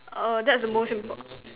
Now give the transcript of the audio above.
oh that's the most import~